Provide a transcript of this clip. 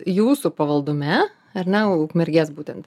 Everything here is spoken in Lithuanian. jūsų pavaldume ar ne ukmergės būtent